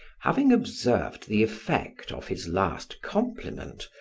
having observed the effect of his last compliment,